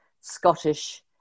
Scottish